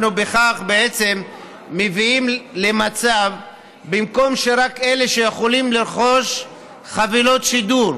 בכך אנחנו בעצם מביאים למצב שבמקום שרק אלה שיכולים לרכוש חבילות שידור,